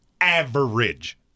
average